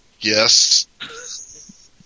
yes